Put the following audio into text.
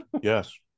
Yes